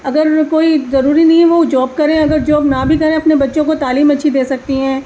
اگر کوئی ضروری نہیں ہے وہ جاب کریں اگر جاب نہ بھی کریں اپنے بچوں کو تعلیم اچھی دے سکتی ہیں